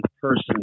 person